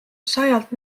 sajalt